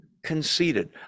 Conceited